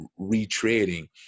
retreading